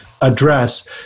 address